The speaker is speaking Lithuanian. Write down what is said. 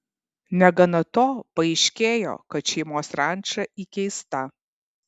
negana to paaiškėjo kad šeimos ranča įkeista